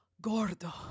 Gordo